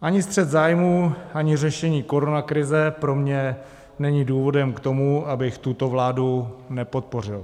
Ani střet zájmů, ani řešení koronakrize pro mě není důvodem k tomu, abych tuto vládu nepodpořil.